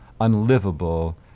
unlivable